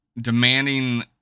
demanding